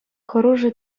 хӑрушӑ